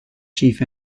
chief